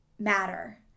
matter